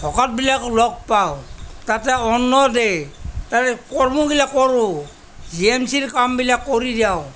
ভকতবিলাকো লগ পাওঁ তাতে অন্ন দিয়ে তাৰ কৰ্মবিলাক কৰোঁ জি এম চিৰ কামবিলাক কৰি যাওঁ